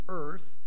earth